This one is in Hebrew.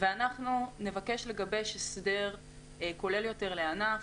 ונבקש לגבש הסדר כולל יותר לענף,